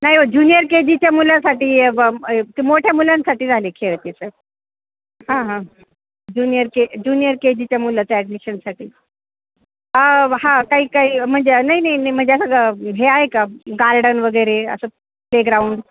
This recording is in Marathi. नाही हो ज्युनिअर के जीच्या मुलांसाठी ब ते मोठ्या मुलांसाठी झाले खेळ ते सर हां हां ज्युनिअर के ज्युनिअर के जीच्या मुलांच्या ॲडमिशनसाठी हा काही काही म्हणजे नाही नाही न म्हणजे असं हे आहे का गार्डन वगैरे असं प्लेग्राऊंड